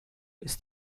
ist